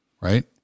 right